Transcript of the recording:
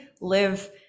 live